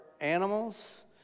animals